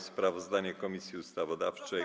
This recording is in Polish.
Sprawozdanie Komisji Ustawodawczej.